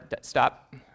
stop